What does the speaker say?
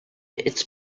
its